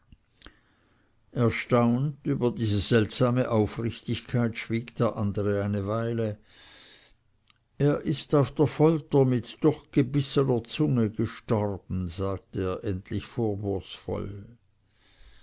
erstaunt über diese seltsame aufrichtigkeit schwieg der andere eine weile er ist auf der folter mit durchgebissener zunge gestorben sagte er endlich vorwurfsvoll